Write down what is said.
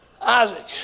Isaac